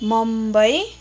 Mumbai